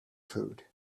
food